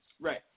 Right